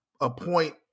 appoint